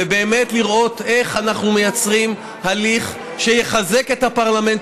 באמת לראות איך אנחנו מייצרים הליך שיחזק את הפרלמנט